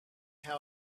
how